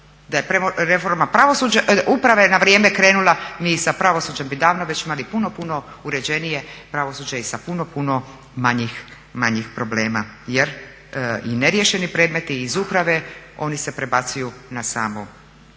da je reforma uprave na vrijeme krenula, mi i sa pravosuđem bi davno već imali puno, puno uređenije pravosuđe i sa puno, puno manjih problema jer i neriješeni predmeti iz uprave oni se prebacuju na samo